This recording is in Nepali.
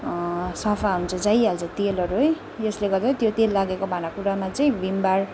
सफा हुन्छ जाइहाल्छ तेलहरू है यसले गर्दा त्यो तेल लागेको भाँडाकुँडामा चाहिँ भीम बार